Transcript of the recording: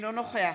אינו נוכח